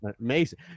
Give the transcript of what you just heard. Amazing